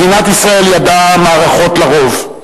מדינת ישראל ידעה מערכות לרוב.